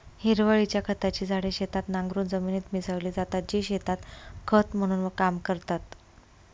हिरवळीच्या खताची झाडे शेतात नांगरून जमिनीत मिसळली जातात, जी शेतात खत म्हणून काम करतात